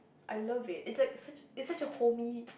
I love it it's like such it's such a homey